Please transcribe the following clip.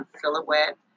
silhouette